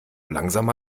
langsam